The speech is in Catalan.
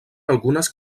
algunes